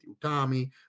Utami